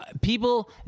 People